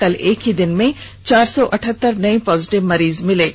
कल एक ही दिन में चार सौ अठहत्तर नए पॉजिटीव मरीज मिले हैं